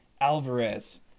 Alvarez